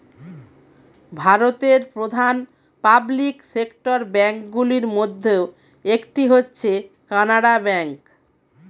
ভারতের প্রধান public sector bank গুলির মধ্যে একটি হচ্ছে কানারা ব্যাঙ্ক